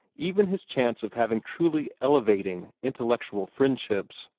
even his chance of having truly elevating, intellectual friendships.